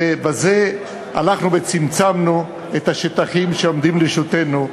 ובזה הלכנו וצמצמנו את השטחים שעומדים לרשותנו,